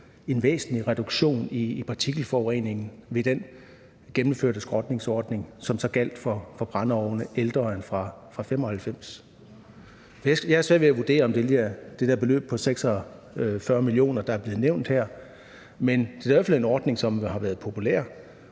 en væsentlig reduktion i partikelforurening ved den gennemførte skrotningsordning, som så gjaldt for brændeovne ældre end fra 1995? Jeg har svært ved at vurdere, om det lige er det der beløb på 46 mio. kr., der er blevet nævnt her, men det er i hvert fald en ordning, som har været populær,